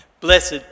Blessed